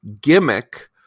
gimmick